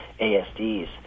ASDs